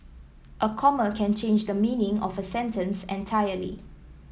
a comma can change the meaning of a sentence entirely